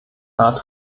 art